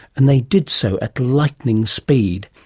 and they did so at lightning speed.